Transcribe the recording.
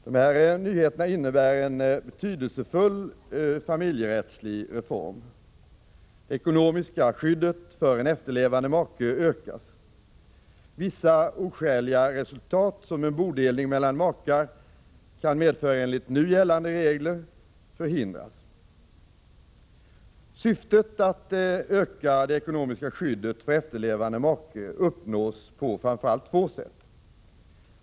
Dessa nyheter innebär en betydelsefull familjerättslig reform. Det ekonomiska skyddet för en efterlevande make ökas. Vissa oskäliga resultat, som en bodelning mellan makar kan medföra enligt nu gällande regler, förhindras. Syftet att öka det ekonomiska skyddet för efterlevande make uppnås på framför allt två sätt.